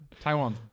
Taiwan